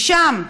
שם,